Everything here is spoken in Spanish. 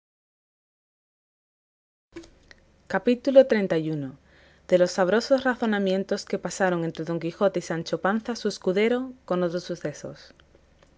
capítulo xxxi de los sabrosos razonamientos que pasaron entre don quijote y sancho panza su escudero con otros sucesos